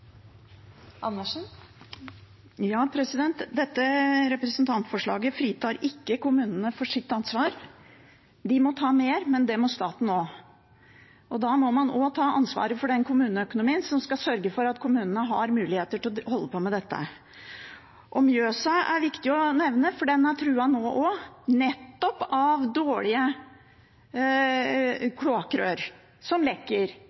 Dette representantforslaget fritar ikke kommunene for deres ansvar; de må ta mer, men det må staten også. Da må man også ta ansvaret for den kommuneøkonomien som skal sørge for at kommunene har muligheter til å holde på med dette. Mjøsa er viktig å nevne, for den er truet nå også, nettopp av dårlige kloakkrør som lekker,